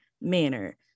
manner